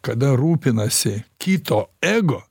kada rūpinasi kito ego